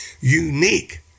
unique